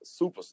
superstar